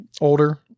Older